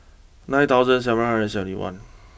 nine thousand seven hundred and seventy one